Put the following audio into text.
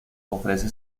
ofrece